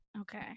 Okay